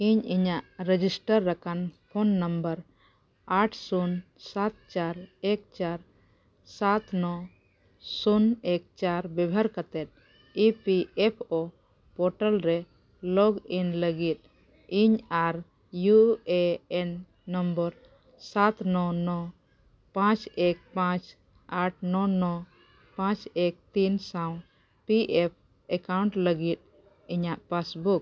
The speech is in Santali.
ᱤᱧ ᱤᱧᱟᱹᱜ ᱨᱮᱡᱤᱥᱴᱟᱨ ᱟᱠᱟᱱ ᱯᱷᱳᱱ ᱱᱟᱢᱵᱟᱨ ᱟᱴ ᱥᱩᱱ ᱥᱟᱛ ᱪᱟᱨ ᱮᱠ ᱪᱟᱨ ᱥᱟᱛ ᱱᱚᱭ ᱥᱩᱱ ᱮᱠ ᱪᱟᱨ ᱵᱮᱵᱚᱦᱟᱨ ᱠᱟᱛᱮᱫ E P F O portal ᱨᱮ ᱞᱚᱜᱽ ᱤᱱ ᱞᱟᱹᱜᱤᱫ ᱤᱧ ᱟᱨ ᱤᱭᱩ ᱮ ᱮᱱ ᱱᱚᱢᱵᱚᱨ ᱥᱟᱛ ᱱᱚ ᱱᱚ ᱯᱟᱸᱪ ᱮᱠ ᱯᱟᱸᱪ ᱟᱴ ᱱᱚ ᱱᱚ ᱯᱟᱸᱪ ᱮᱠ ᱛᱤᱱ ᱥᱟᱶ ᱯᱤ ᱮᱯᱷ ᱮᱠᱟᱣᱩᱱᱴ ᱞᱟᱹᱜᱤᱫ ᱤᱧᱟᱹᱜ ᱯᱟᱥᱵᱩᱠ